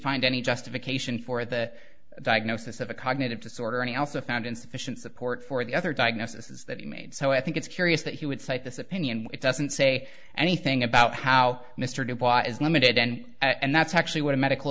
find any justification for the diagnosis of a cognitive disorder and also found insufficient support for the other diagnosis is that he made so i think it's curious that he would cite this opinion it doesn't say anything about how mr dubois is limited and and that's actually what a medical